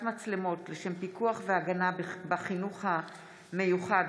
מצלמות לשם פיקוח והגנה בחינוך המיוחד,